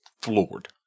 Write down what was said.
floored